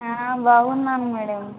బాగున్నాను మేడం